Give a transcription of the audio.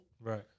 Right